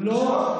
תדאגו רק, לא.